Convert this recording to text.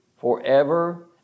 forever